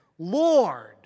Lord